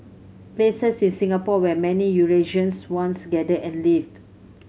places in Singapore where many Eurasians once gathered and lived